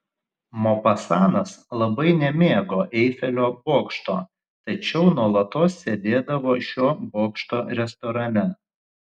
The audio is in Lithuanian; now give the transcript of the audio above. mopasanas labai nemėgo eifelio bokšto tačiau nuolatos sėdėdavo šio bokšto restorane